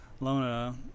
Lona